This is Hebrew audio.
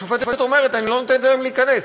השופטת אומרת: אני לא נותנת להם להיכנס,